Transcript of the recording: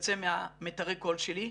שיוצא ממיתרי הקול שלי.